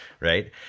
right